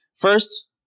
First